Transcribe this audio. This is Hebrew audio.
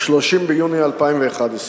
30 ביוני 2011,